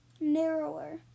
narrower